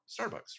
starbucks